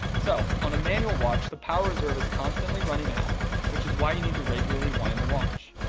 so on a manual watch the power reserve is constantly running out which is why you need to regularly wind the watch.